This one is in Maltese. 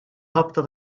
ħabta